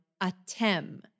atem